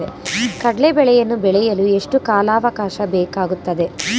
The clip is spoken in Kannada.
ಕಡ್ಲೆ ಬೇಳೆಯನ್ನು ಬೆಳೆಯಲು ಎಷ್ಟು ಕಾಲಾವಾಕಾಶ ಬೇಕಾಗುತ್ತದೆ?